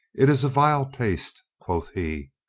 it is a vile taste, quoth he.